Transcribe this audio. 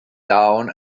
down